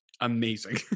Amazing